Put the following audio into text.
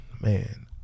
man